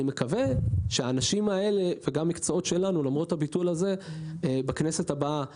ואני מקווה שהעניין הזה יתקדם מאוד בכנסת הבאה